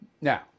Now